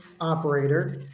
operator